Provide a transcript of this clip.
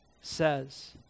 says